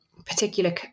particular